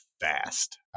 fast